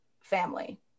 family